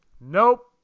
Nope